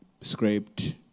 scraped